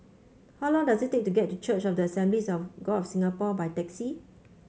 how long does it take to get to Church of the Assemblies of God of Singapore by taxi